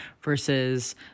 versus